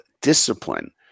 discipline